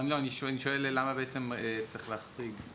אני שואל למה צריך להחריג.